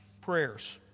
prayers